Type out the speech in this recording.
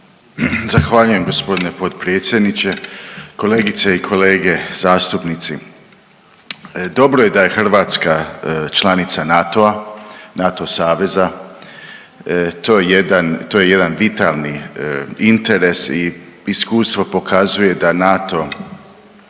Zahvaljujem g. potpredsjedniče. Kolegice i kolege zastupnici, dobro je da je Hrvatska članica NATO-a, NATO saveza to je jedan, to je jedan vitalni interes i iskustvo pokazuje da NATO